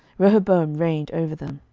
rehoboam reigned over them.